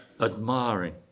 admiring